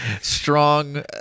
strong